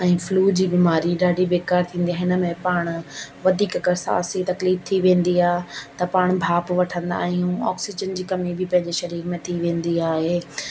ऐं फ्लू जी बीमारी ॾाढी बेकार थींदी आहे हिन में पाण वधीक अगरि सांस जी तकलीफ़ु थी वेंदी आहे त पाण भांप वठंदा आहियूं ऑक्सीजन जी कमी बि पंहिंजे शरीर में थी वेंदी आहे